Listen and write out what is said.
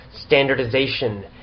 standardization